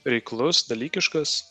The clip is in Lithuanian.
reiklus dalykiškas